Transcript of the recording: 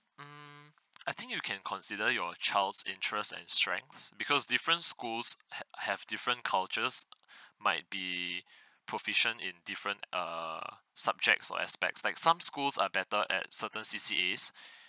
mm I think you can consider your child's interest and strengths because different schools ha~ have different cultures might be proficient in different err subject or aspects like some schools are better at certain C_C_As